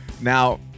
Now